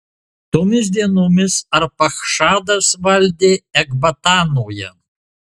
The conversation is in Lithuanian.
tomis dienomis arpachšadas valdė ekbatanoje